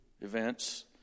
events